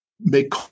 make